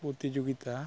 ᱯᱚᱨᱛᱤᱡᱳᱜᱤᱛᱟ